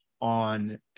on